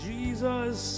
Jesus